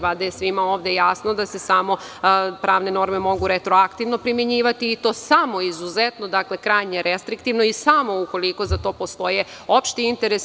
Valjda je svima ovde jasno da se samo pravne norme mogu retroaktivne primenjivati i to samo izuzetno, dakle, krajnje restriktivno i samo ukoliko za to postoje opšti interesi.